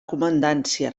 comandància